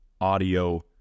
audio